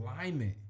alignment